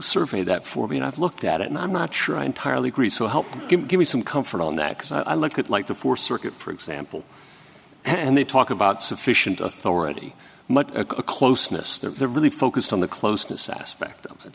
survey that for me and i've looked at it and i'm not sure i entirely agree so help him give me some comfort on that because i look at like the four circuit for example and they talk about sufficient authority much a closeness that really focused on the closeness aspect